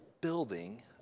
building